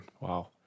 Wow